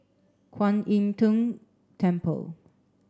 Kwan Im Tng Temple